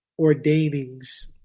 ordainings